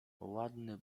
ładny